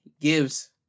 gives